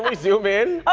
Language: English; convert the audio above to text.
um zoom in?